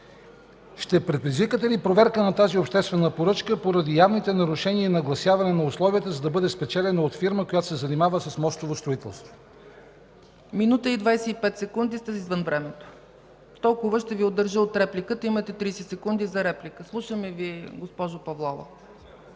Ще предизвикате ли проверка на тази обществена поръчка поради явните нарушения на огласяване на условията, за да бъде спечелена от фирма, която се занимава с мостово строителство? ПРЕДСЕДАТЕЛ ЦЕЦКА ЦАЧЕВА: Минута и 25 секунди сте извън времето. Толкова ще Ви удържа от репликата. Ще имате 30 секунди за реплика. Слушаме Ви, госпожо Павлова.